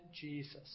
Jesus